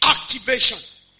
activation